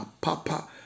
Papa